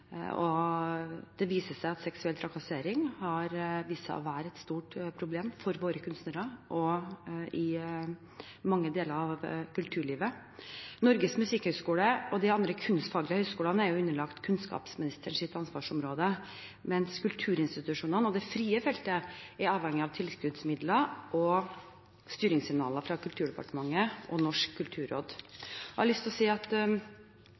og det viser seg at seksuell trakassering er et stort problem for våre kunstnere i mange deler av kulturlivet. Norges musikkhøgskole og de andre kunstfaglige høgskolene er underlagt kunnskapsministerens ansvarsområde, mens kulturinstitusjonene og det frie feltet er avhengig av tilskuddsmidler og styringssignaler fra Kulturdepartementet og Norsk kulturråd. Jeg har lyst til å si at